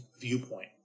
viewpoint